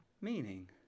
meaning